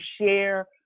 share